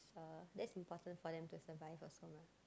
uh that's important for them to survive also mah